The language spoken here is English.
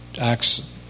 Acts